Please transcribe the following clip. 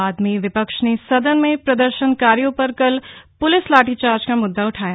बाद में विपक्ष ने सदन में प्रदर्शनकारियों पर कल हुए प्रलिस लाठीचार्ज का मुद्दा उठाया